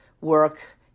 work